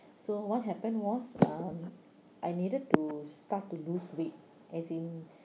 so what happened was um I needed to start to lose weight as in